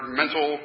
mental